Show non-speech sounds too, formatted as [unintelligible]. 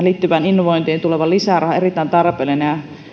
[unintelligible] liittyvään innovointiin tuleva lisäraha on erittäin tarpeellinen ja